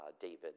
David